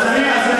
ה"חמאס" רוצה שלום?